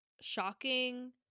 shocking